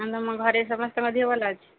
ଆଉ ତମ ଘରେ ସମସ୍ତଙ୍କ ଦେହ ଭଲ ଅଛି